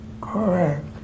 Correct